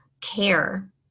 care